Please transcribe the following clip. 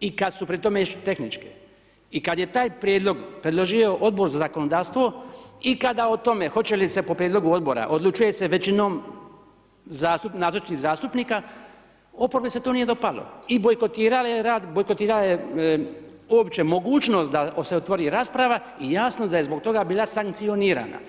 i kada su pri tome još tehničke i kada je taj prijedlog predložio Odbor za zakonodavstvo i kada o tome hoće li se po prijedlogu Odbora odlučuje se većinom nazočnih zastupnika, oporbi se to nije dopalo i bojkotirala je uopće mogućnost da se otvori rasprava i jasno da je zbog toga bila sankcionirana.